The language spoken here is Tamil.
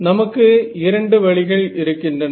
நமக்கு இரண்டு வழிகள் இருக்கின்றன